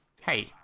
Hey